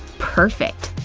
perfect!